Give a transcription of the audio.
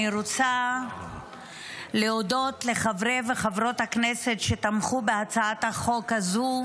אני רוצה להודות לחברי וחברות הכנסת שתמכו בהצעת החוק הזו.